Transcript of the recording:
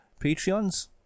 Patreons